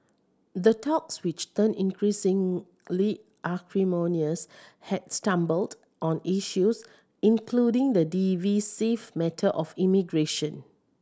the talks which turned increasingly acrimonious had stumbled on issues including the divisive matter of immigration